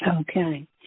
Okay